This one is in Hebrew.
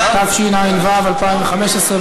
התשע"ו 2015,